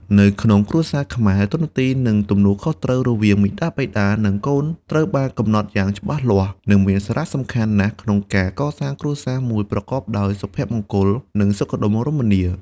នៅក្នុងគ្រួសារខ្មែរ តួនាទី និងទំនួលខុសត្រូវ រវាងមាតាបិតា និងកូន ត្រូវបានកំណត់យ៉ាងច្បាស់លាស់ និងមានសារៈសំខាន់ណាស់ក្នុងការកសាងគ្រួសារមួយប្រកបដោយសុភមង្គល និងសុខដុមរមនា។